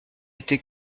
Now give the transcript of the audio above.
été